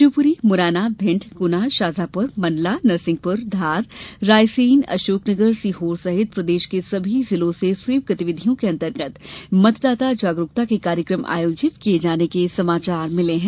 शिवपुरी मुरैना भिंड गुना शाजापुर मंडला नरसिंहपुर धार रायसेन अशोकनगर सीहोर सहित प्रदेश के सभी जिलों से स्वीप गतिविधियों के अंतर्गत मतदाता जागरूकता के कार्यक्रम आयोजित किये जाने के समाचार मिले हैं